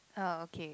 oh okay